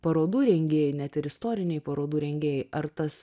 parodų rengėjai net ir istoriniai parodų rengėjai ar tas